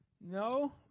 No